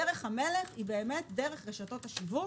דרך המלך היא דרך רשתות השיווק,